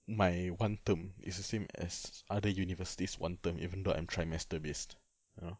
my one term is the same as other university's one term eventhough I'm trimester based you know